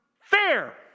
fair